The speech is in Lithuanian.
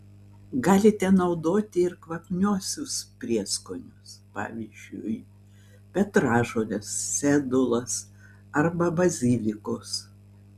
galite naudoti ir kvapniuosius prieskonius pavyzdžiui petražoles sedulas arba bazilikus